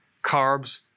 carbs